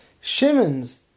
Shimon's